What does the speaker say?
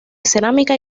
cerámica